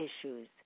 issues